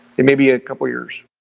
it may be a couple of years.